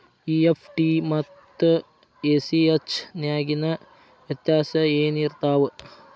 EFT ಮತ್ತ ACH ನ್ಯಾಗಿನ್ ವ್ಯೆತ್ಯಾಸೆನಿರ್ತಾವ?